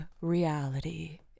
reality